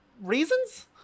reasons